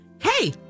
hey